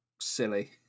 silly